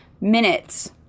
minutes